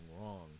wrong